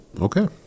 Okay